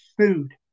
food